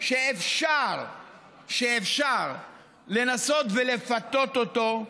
שאפשר לנסות ולפתות אותו,